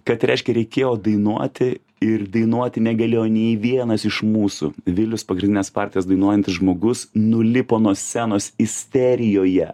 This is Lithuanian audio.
kad reiškia reikėjo dainuoti ir dainuoti negalėjo nei vienas iš mūsų vilius pagrindines partijas dainuojantis žmogus nulipo nuo scenos isterijoje